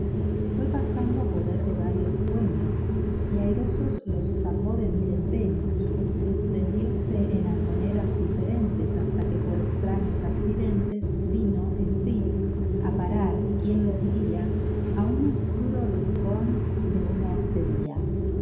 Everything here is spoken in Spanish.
fué pasando a poder de varios dueños y airosos los sacó de mil empeños vendióse en almonedas diferentes hasta que por extraños accidentes vino en fin a parar quién lo diría a un obscuro rincón de una hostería